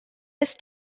ist